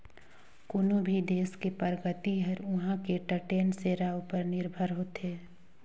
कोनो भी देस के परगति हर उहां के टटेन सेरा उपर निरभर होथे